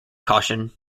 caution